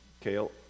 Kale